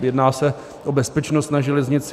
Jedná se o bezpečnost na železnici.